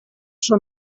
són